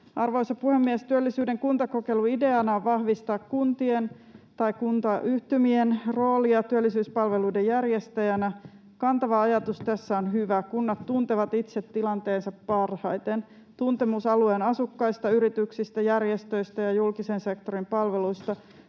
Arvoisa puhemies! Työllisyyden kuntakokeilun ideana on vahvistaa kuntien tai kuntayhtymien roolia työllisyyspalveluiden järjestäjänä. Kantava ajatus tässä on hyvä. Kunnat tuntevat itse tilanteensa parhaiten. Tuntemus alueen asukkaista, yrityksistä, järjestöistä ja julkisen sektorin palveluista